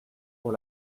pour